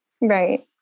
Right